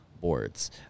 Boards